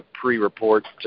pre-report